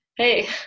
Hey